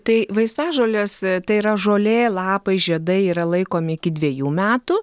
tai vaistažolės tai yra žolė lapai žiedai yra laikomi iki dviejų metų